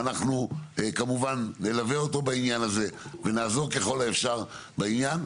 ואנחנו כמובן נלווה אותו בעניין הזה ונעזור ככל האפשר בעניין.